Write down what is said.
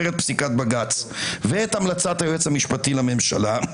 את פסיקת בג"ץ ואת המלצת היועץ המשפטי לממשלה,